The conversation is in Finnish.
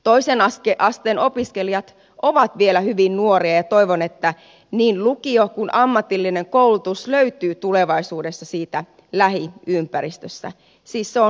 toisen asteen opiskelijat ovat vielä hyvin nuoria ja toivon että niin lukio kuin ammatillinen koulutus löytyy tulevaisuudessa lähiympäristöstä siis se on lähipalveluna